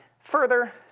further,